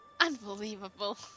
Unbelievable